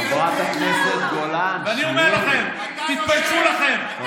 יש חברי כנסת ותיקים, יש